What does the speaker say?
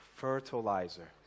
fertilizer